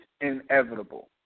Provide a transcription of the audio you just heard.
inevitable